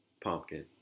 pumpkin